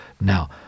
Now